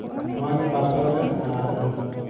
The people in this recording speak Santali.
ᱱᱚᱣᱟᱜᱮ ᱯᱟᱨᱥᱮᱹᱞ ᱨᱮ ᱟᱨ